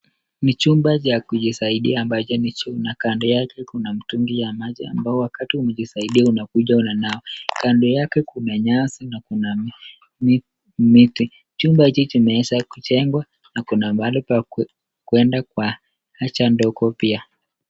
Ni chumba cha kujisaidia ambacho ni choo, na kando yake kuna mtungi ya maji ambao wakati umejisaidia unakuja unanawa. Kando yake kuna nyasi na kuna miti. Chumba hiki kimeweza kujengwa na kuna mahali pa kuenda kwa haja ndogo pia.